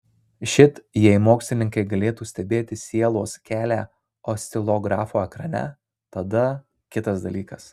šit jei mokslininkai galėtų stebėti sielos kelią oscilografo ekrane tada kitas dalykas